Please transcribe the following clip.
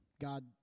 God